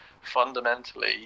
fundamentally